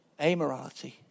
amorality